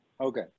Okay